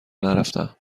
نرفتهام